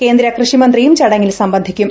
കേന്ദ്രകൃഷിമന്ത്രിയും ചടങ്ങിൽ സംബന്ധിക്കും